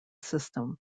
system